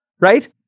right